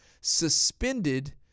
suspended